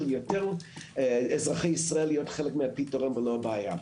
יותר לאזרחי ישראל להיות חלק מהפתרון ולא הבעיה.